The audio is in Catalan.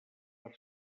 per